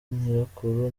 nyirakuru